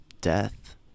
death